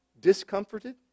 discomforted